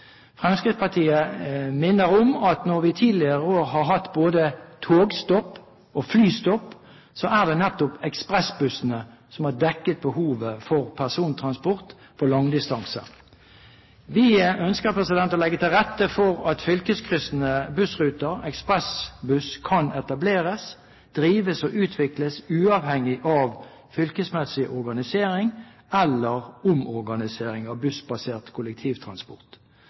Fremskrittspartiet minner om at når vi tidligere i år har hatt både togstopp og flystopp, er det nettopp ekspressbussene som har dekket behovet for persontransport på langdistanser. Vi ønsker å legge til rette for at fylkeskryssende bussruter/ekspressbusser kan etableres, drives og utvikles uavhengig av fylkesmessig organisering eller omorganisering av bussbasert kollektivtransport.